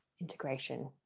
integration